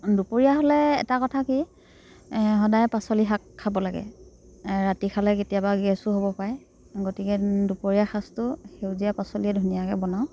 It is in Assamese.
দুপৰীয়া হ'লে এটা কথা কি সদায় পাচলি শাক খাব লাগে ৰাতি খালে কেতিয়াবা গেছো হ'ব পাৰে গতিকে দুপৰীয়া সাঁজটো সেউইজীয়া পাচলিৰে ধুনীয়াকৈ বনাওঁ